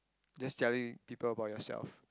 just telling people about yourself